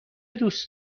دوست